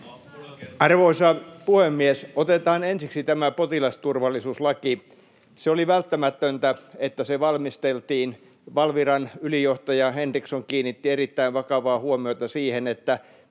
Arvoisa puhemies! Otetaan ensiksi tämä potilasturvallisuuslaki. Se oli välttämätöntä, että se valmisteltiin. Valviran ylijohtaja Henriksson kiinnitti erittäin vakavaa huomiota siihen, että